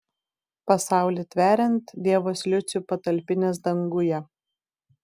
pasaulį tveriant dievas liucių patalpinęs danguje